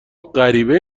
غریبه